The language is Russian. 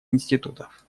институтов